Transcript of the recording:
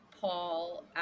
Paul